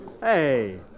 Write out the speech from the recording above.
Hey